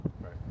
right